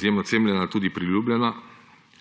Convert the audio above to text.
izjemno cenjena, tudi priljubljena.